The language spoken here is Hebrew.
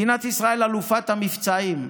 מדינת ישראל היא אלופת המבצעים.